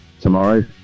tomorrow